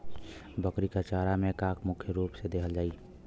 बकरी क चारा में का का मुख्य रूप से देहल जाई?